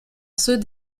ceux